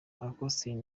austin